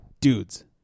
dudes